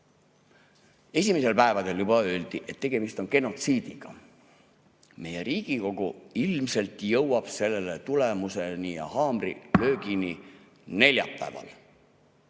Esimestel päevadel juba öeldi, et tegemist on genotsiidiga. Riigikogu ilmselt jõuab selle tulemuseni ja haamrilöögini neljapäeval.